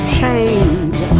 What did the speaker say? change